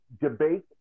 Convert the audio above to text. debate